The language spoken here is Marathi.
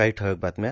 काही ठळक बातम्या